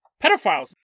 pedophiles